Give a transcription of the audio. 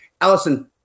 Allison